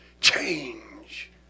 change